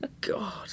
God